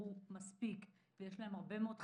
הוכשרו מספיק ויש להם הרבה מאוד חששות.